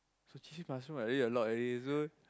so cheap ah so must eat already a lot already so